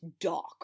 dark